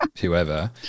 whoever